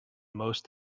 most